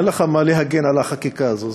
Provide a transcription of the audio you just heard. אין לך מה להגן על החקיקה הזאת,